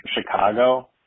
Chicago